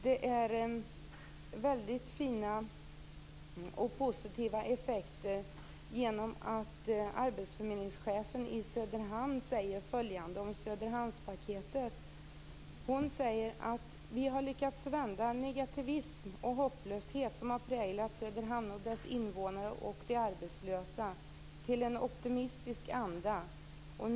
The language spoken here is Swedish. Det har blivit fina och positiva effekter av att IT Söderhamn säger om Söderhamnspaketet att man har lyckats vända negativism och hopplöshet som har präglat Söderhamn, dess invånare och de arbetslösa till en optimistisk anda.